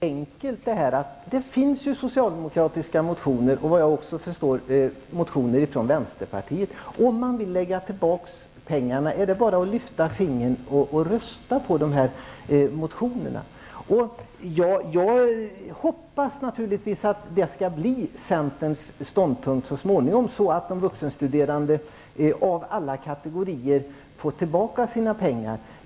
Herr talman! Det är ju så enkelt det här. Det finns socialdemokratiska motioner och vad jag förstår också motioner från vänsterpartiet. Om man vill lägga tillbaka pengarna, är det bara att lyfta fingret och rösta på de motionerna. Jag hoppas naturligtvis att det skall bli centerns ståndpunkt så småningom, så att de vuxenstuderande av alla kategorier får tillbaka sina pengar.